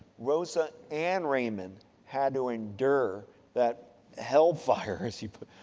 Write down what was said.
rosa and raymond had to endure that hell fire, as you put